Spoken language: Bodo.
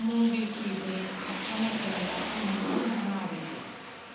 ममबिक्वुइकनि थाबथानाय पेमेन्टाव आं मोन्नो गोनां राङा बेसे